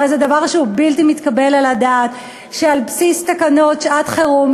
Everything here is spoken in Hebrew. הרי זה דבר שהוא בלתי מתקבל על הדעת שעל בסיס תקנות שעת-חירום,